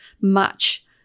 match